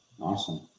Awesome